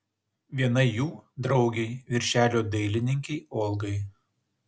viena jų draugei viršelio dailininkei olgai